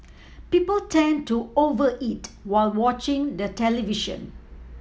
people tend to over eat while watching the television